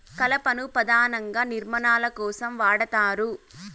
కలపను పధానంగా నిర్మాణాల కోసం వాడతారు